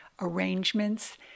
arrangements